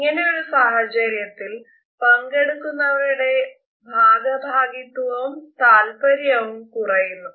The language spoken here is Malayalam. ഇങ്ങനെയൊരു സാഹചര്യത്തിൽ പങ്കെടുക്കുന്നവരുടെ ഭാഗഭാഗിത്വവും താല്പര്യവും കുറയുന്നു